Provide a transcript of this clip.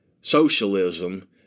socialism